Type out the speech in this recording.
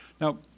Now